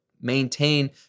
maintain